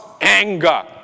anger